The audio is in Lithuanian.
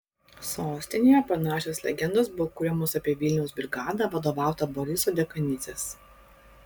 sostinėje panašios legendos buvo kuriamos apie vilniaus brigadą vadovautą boriso dekanidzės